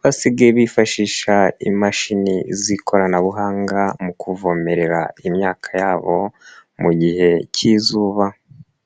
basigaye bifashisha imashini z'ikoranabuhanga mu kuvomerera imyaka yabo mu gihe cy'izuba.